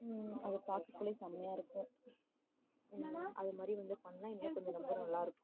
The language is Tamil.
அதை பார்க்ககுலே செமையாருக்கும் நினக்கிறன் அதை மாதிரி வந்து பண்ணால் இன்னு கொஞ்சம் ரொம்ப நல்லாயிருக்கும்